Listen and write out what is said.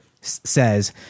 says